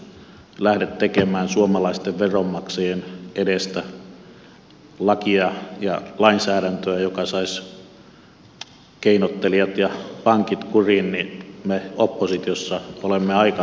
jos ei hallitus lähde tekemään suomalaisten veronmaksajien edestä lakia ja lainsäädäntöä joka saisi keinottelijat ja pankit kuriin niin me oppositiossa olemme aika heikoilla